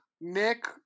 Nick